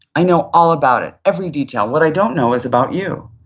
i know all about it, every detail. what i don't know is about you.